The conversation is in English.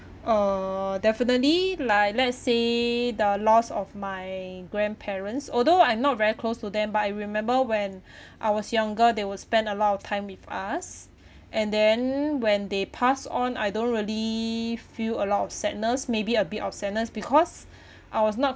uh definitely like let's say the loss of my grandparents although I'm not very close to them but I remember when I was younger they will spend a lot of time with us and then when they pass on I don't really feel a lot of sadness maybe a bit of sadness because I was not